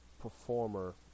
performer